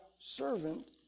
servant